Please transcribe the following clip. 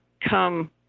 come